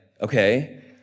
okay